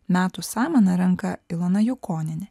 metų samaną renka ilona jukonienė